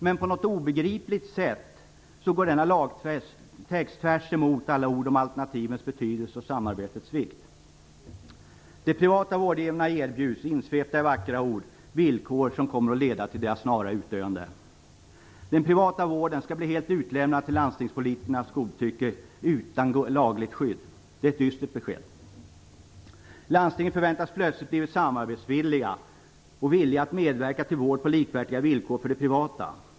Men på något obegripligt sätt går denna lagtext tvärtemot alla ord om alternativens betydelse och samarbetets vikt. De privata vårdgivarna erbjuds insvepta i vackra ord villkor som kommer att leda till deras snara utdöende. Den privata vården skall bli helt utlämnad till landstingspolitikernas godtycke utan lagligt skydd. Det är ett dystert besked. Landstingen förväntas plötsligt ha blivit samarbetsvilliga och villiga att medverka till vård på likvärdiga villkor för de privata.